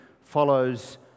follows